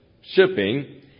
shipping